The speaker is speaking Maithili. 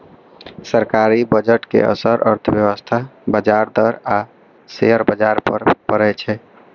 सरकारी बजट के असर अर्थव्यवस्था, ब्याज दर आ शेयर बाजार पर पड़ै छै